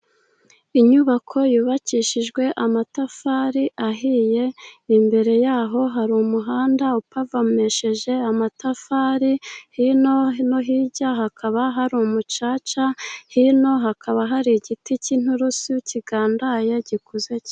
Inyubako yubakishijwe amatafari ahiye, imbere y'aho hari umuhanda upavomesheje amatafari. Hino no hirya hakaba hari umucaca, hino hakaba hari igiti cy'inturusu kigandaye gikuze cyane.